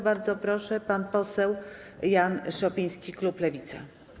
Bardzo proszę, pan poseł Jan Szopiński, klub Lewica.